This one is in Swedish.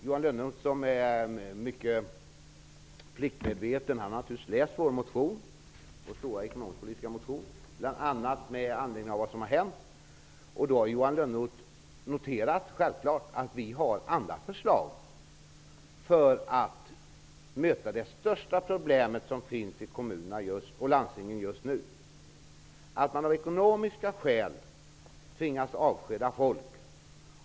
Johan Lönnroth, som är mycket pliktmedveten, har naturligtvis läst vår stora ekonomisk-politiska motion bl.a. med anledning av vad som har hänt. Då har Johan Lönnroth självfallet noterat att vi har alla förslag för att möta det största problemet som finns i kommunerna och landstingen just nu. De tvingas av ekonomiska skäl avskeda folk.